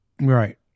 Right